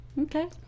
okay